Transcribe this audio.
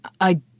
I